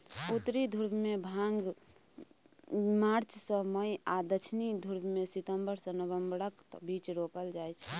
उत्तरी ध्रुबमे भांग मार्च सँ मई आ दक्षिणी ध्रुबमे सितंबर सँ नबंबरक बीच रोपल जाइ छै